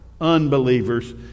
Unbelievers